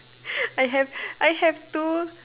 I have I have two